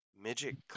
Midget